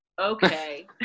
Okay